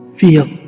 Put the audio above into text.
feel